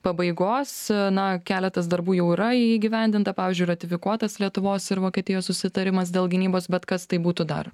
pabaigos na keletas darbų jau yra įgyvendinta pavyzdžiui ratifikuotas lietuvos ir vokietijos susitarimas dėl gynybos bet kad tai būtų dar